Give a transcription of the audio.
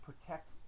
protect